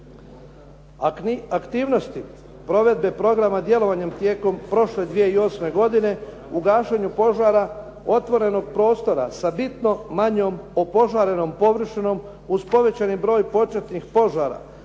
Aktivnosti provedbe programa djelovanjem tijekom prošle 2008. godine, u gašenju požara otvorenog prostora sa bitno manjom opožarenom površinom uz povećani broj početnih požara,